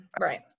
Right